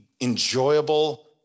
enjoyable